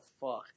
fuck